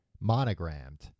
Monogrammed